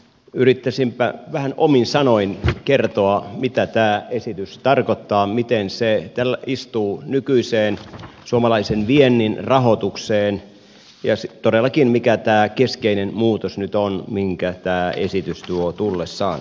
yrittäisinpä vähän omin sanoin kertoa mitä tämä esitys tarkoittaa miten se istuu nykyiseen suomalaisen viennin rahoitukseen ja todellakin mikä tämä keskeinen muutos nyt on minkä tämä esitys tuo tullessaan